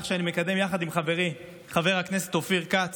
שאני מקדם יחד עם חברי חבר הכנסת אופיר כץ.